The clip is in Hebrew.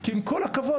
כי עם כל הכבוד,